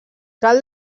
cal